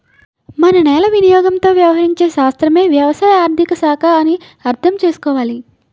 మన నేల వినియోగంతో వ్యవహరించే శాస్త్రమే వ్యవసాయ ఆర్థిక శాఖ అని అర్థం చేసుకోవాలి